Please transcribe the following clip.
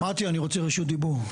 מטי, אני רוצה רשות דיבור.